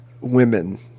women